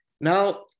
Now